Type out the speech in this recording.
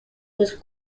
was